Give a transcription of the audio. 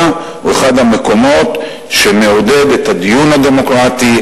הוא אחד המקומות שמעודד את הדיון הדמוקרטי,